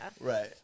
right